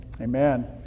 Amen